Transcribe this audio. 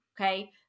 okay